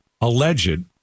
alleged